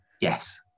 Yes